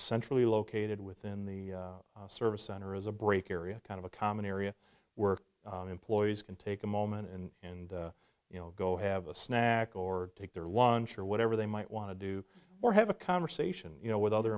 centrally located within the service center as a break area kind of a common area were employees can take a moment and you know go have a snack or take their lunch or whatever they might want to do or have a conversation you know with other